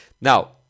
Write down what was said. Now